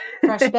fresh